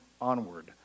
onward